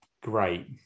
great